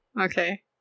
Okay